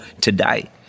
today